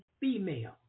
female